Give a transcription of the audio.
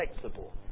flexible